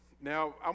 Now